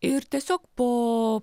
ir tiesiog po